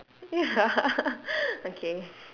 ya okay